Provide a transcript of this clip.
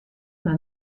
mar